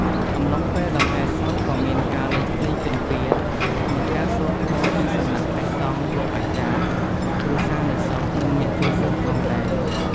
អំឡុងពេលដង្ហែរសពក៏មានការលេងភ្លេងពិណពាទ្យ និងការសូត្រធម៌ពីសំណាក់ព្រះសង្ឃ លោកអាចារ្យ គ្រួសារនៃសព និងអ្នកចូលរួមផងដែរ។